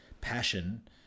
passion